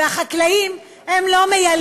והחקלאים לא מייללים,